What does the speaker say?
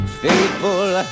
faithful